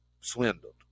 swindled